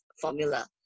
formula